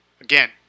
Again